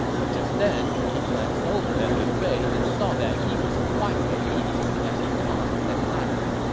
but just then, he glanced over at liu bei and saw that he was quite at ease as he talked and laughed.